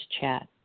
chat